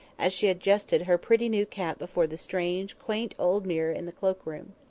as she adjusted her pretty new cap before the strange, quaint old mirror in the cloak-room.